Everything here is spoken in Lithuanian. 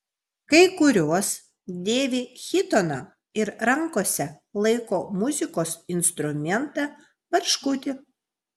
kai kurios dėvi chitoną ir rankose laiko muzikos instrumentą barškutį